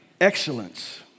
excellence